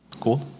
Cool